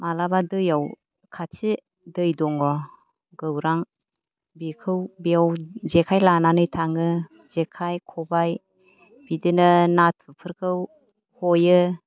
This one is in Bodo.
माब्लाबा दैयाव खाथि दै दङ' गौरां बेखौ बेयाव जेखाइ लानानै थाङो जेखाइ खबाइ बिदिनो नाथुरफोरखौ हयो